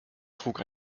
trug